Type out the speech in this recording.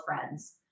friends